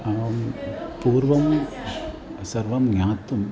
अहं पूर्वं सर्वं ज्ञातुम्